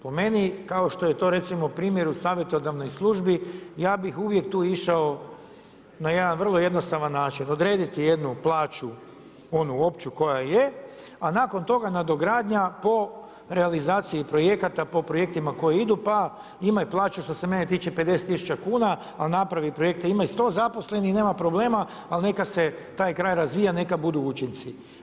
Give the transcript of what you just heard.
Po meni kao što je to recimo primjer u savjetodavnoj službi, ja bih uvijek tu išao na jedan vrlo jednostavan način, odrediti jednu plaću onu opću koja je, a nakon toga nadogradnja po realizaciji projekata po projektima koji idu, pa imaj plaću što se mene tiče 50 tisuća kuna, ali napravi projekte, imaj 100 zaposlenih i nema problema ali neka se taj kraj razvija neka budu učinci.